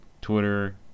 twitter